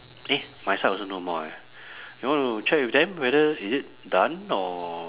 eh my side also no more ah you want to check with them whether is it done or